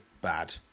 bad